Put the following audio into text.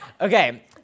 Okay